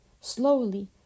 slowly